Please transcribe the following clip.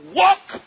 walk